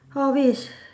hobbies